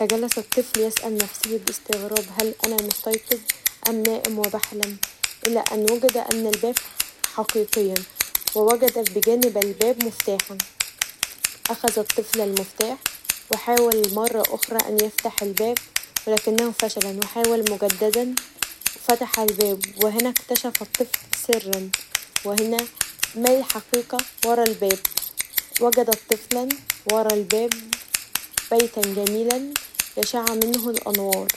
فجلس الطفل يسأل نفسه باستغراب هل أنا مستيقظ ام نام و بحلم الي ان وجد ان الباب حقيقيا ووجد بجانب الباب مفتاحا فأخذ الطفل مفتاح و حاول مره اخره ان يفتح الباب و لكنه فشل و حاول مجددا و فتح الباب و هنا اكتشف الطفل سرا و هنا ما الحقيقه وراء الباب وجد الطفل وراء الباب بيتا جميلا يشع منه الانوار.